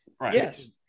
Yes